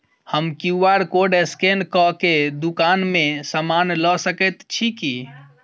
हम QR code scan कऽ केँ दुकान मे समान लऽ सकैत छी की?